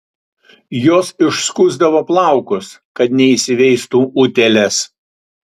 jos išskusdavo plaukus kad neįsiveistų utėlės